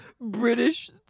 British